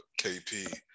KP